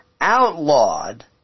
outlawed